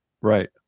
Right